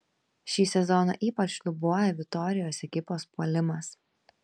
šį sezoną ypač šlubuoja vitorijos ekipos puolimas